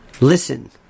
Listen